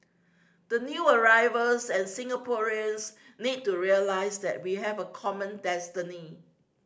the new arrivals and Singaporeans need to realise that we have a common destiny